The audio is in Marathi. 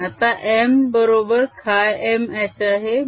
आता m बरोबर χm h आहे